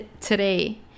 today